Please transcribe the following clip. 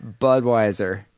Budweiser